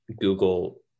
Google